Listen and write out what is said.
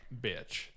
bitch